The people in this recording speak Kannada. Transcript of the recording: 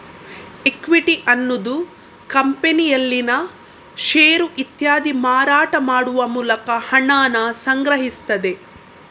ಇಕ್ವಿಟಿ ಅನ್ನುದು ಕಂಪನಿಯಲ್ಲಿನ ಷೇರು ಇತ್ಯಾದಿ ಮಾರಾಟ ಮಾಡುವ ಮೂಲಕ ಹಣಾನ ಸಂಗ್ರಹಿಸ್ತದೆ